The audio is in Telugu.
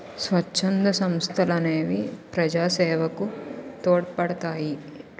స్వచ్ఛంద సంస్థలనేవి ప్రజాసేవకు తోడ్పడతాయి